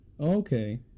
Okay